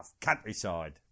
countryside